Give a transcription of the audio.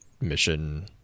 mission